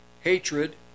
hatred